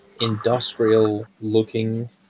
industrial-looking